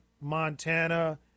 Montana